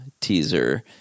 teaser